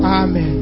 amen